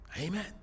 Amen